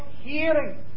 hearing